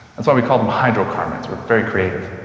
that's why we call them hydrocarbons. we're very creative.